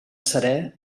serè